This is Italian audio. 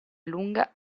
lunga